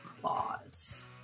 claws